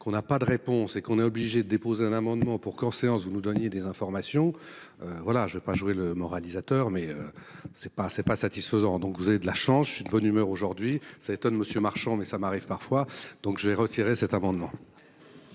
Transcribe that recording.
qu'on n'a pas de réponse et qu'on est obligé de déposer un amendement pour séance vous nous donniez des informations. Voilà je vais pas jouer le moralisateur. Mais c'est pas c'est pas satisfaisant. Donc vous avez de la chance, je suis de bonne humeur aujourd'hui ça étonne monsieur Marchant mais ça m'arrive parfois. Donc j'ai retiré cet amendement.